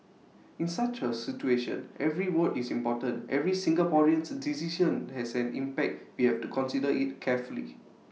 in such A situation every vote is important every Singaporean's decision has an impact we have to consider IT carefully